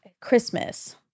Christmas